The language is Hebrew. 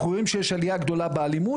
אנחנו רואים שיש עלייה גדולה באלימות,